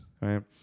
Right